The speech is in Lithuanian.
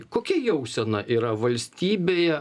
kokia jausena yra valstybėje